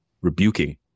rebuking